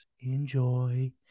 enjoy